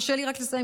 תרשה לי רק לסיים,